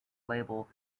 label